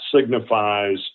signifies